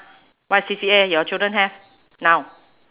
what C_C_A your children have now